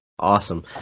Awesome